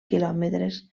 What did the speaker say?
quilòmetres